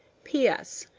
p s.